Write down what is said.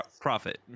profit